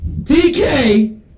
DK